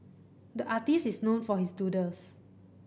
the artist is known for his doodles